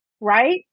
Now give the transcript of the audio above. Right